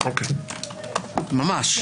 ממש.